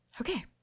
Okay